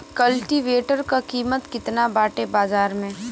कल्टी वेटर क कीमत केतना बाटे बाजार में?